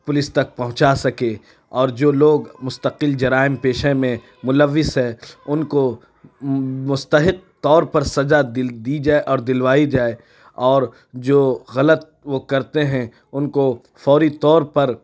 police تک پہنچا سکے اور جو لوگ مستقل جرائم پیشے میں ملوث ہیں ان کو مستحق طور پر سزا دل دی جائے اور دلوائی جائے اور جو غلط وہ کرتے ہیں ان کو فوری طور پر